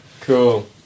Cool